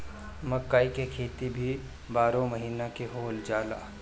मकई के खेती भी बारहो महिना हो जाला